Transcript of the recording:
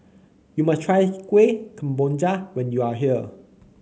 you must try Kueh Kemboja when you are here